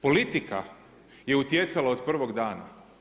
Politika je utjecala od prvog dana.